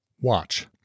Watch